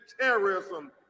terrorism